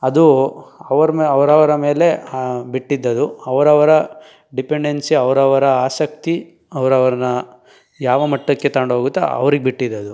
ಅದು ಅವ್ರ ಮೇ ಅವರವ್ರ ಮೇಲೆ ಬಿಟ್ಟಿದ್ದು ಅದು ಅವರವರ ಡಿಪೆಂಡೆನ್ಸಿ ಅವರವ್ರ ಆಸಕ್ತಿ ಅವರವ್ರ್ನ ಯಾವ ಮಟ್ಟಕ್ಕೆ ತಗೊಂಡೋಗುತ್ತೋ ಅವ್ರಿಗೆ ಬಿಟ್ಟಿದ್ದು ಅದು